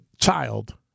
child